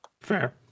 Fair